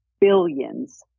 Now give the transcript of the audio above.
billions